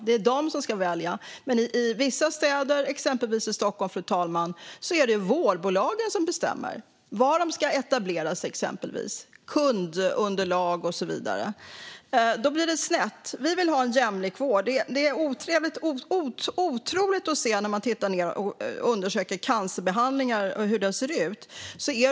Det är de som ska välja. Men i vissa städer, exempelvis Stockholm, är det vårdbolagen som bestämmer, till exempel var de ska etablera sig. Det handlar om kundunderlag och så vidare. Då blir det snett. Vi vill ha en jämlik vård. När man undersöker hur det ser ut när det gäller cancerbehandlingar ser man hur otroligt det ser ut.